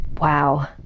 Wow